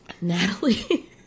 Natalie